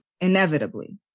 inevitably